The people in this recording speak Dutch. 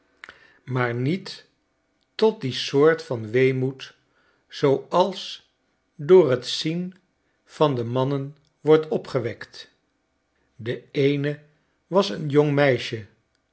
maar niet tot die soort van weemoed zooals door b zien van de mannen wordt opgewekt de eene was een